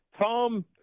Tom